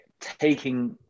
taking